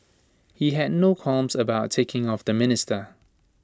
he had no qualms about ticking off the minister